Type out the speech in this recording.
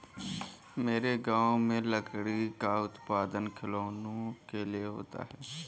मेरे गांव में लकड़ी का उत्पादन खिलौनों के लिए होता है